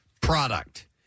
product